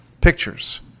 pictures